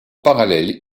parallèle